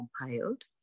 compiled